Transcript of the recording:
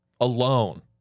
Alone